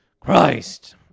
Christ